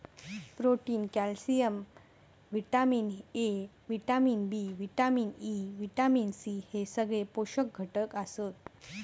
protein, calcium, vitamin A, vitamin B, vitamin E, vitamin C हे सगळे पोषक घटक आसत